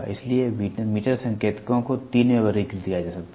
इसलिए मीटर संकेतकों को तीन में वर्गीकृत किया जा सकता है